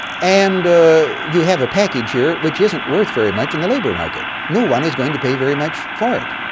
and you have a package here which isn't worth very much in the labor market. no one is going to be very much for it.